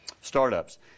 startups